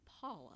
Paula